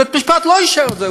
בית-משפט לא אישר את זה,